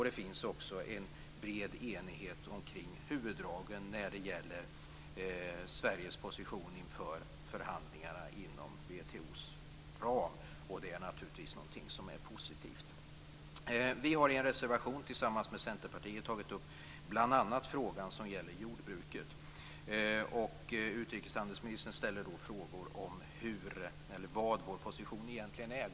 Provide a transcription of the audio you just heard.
Det finns också en bred enighet omkring huvuddragen när det gäller Sveriges position inför förhandlingarna inom WTO:s ram. Det är naturligtvis positivt. Vi har en reservation tillsammans med Centerpartiet tagit upp bl.a. frågan om jordbruket. Utrikeshandelsministern ställer frågor vad vår position egentligen är.